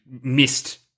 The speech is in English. missed